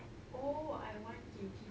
oh I want kimchi pancake